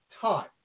time